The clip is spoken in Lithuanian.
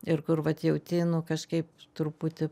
ir kur vat jauti nu kažkaip truputį